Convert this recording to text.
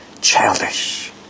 childish